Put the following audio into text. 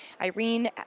Irene